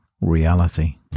reality